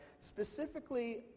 specifically